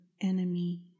enemy